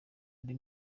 andi